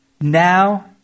now